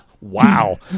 Wow